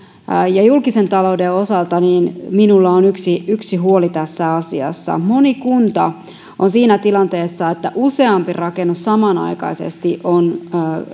ja julkisen talouden osalta minulla on yksi yksi huoli tässä asiassa moni kunta on siinä tilanteessa että useampi rakennus samanaikaisesti on